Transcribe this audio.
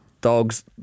dogs